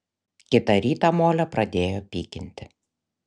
kitą rytą molę pradėjo pykinti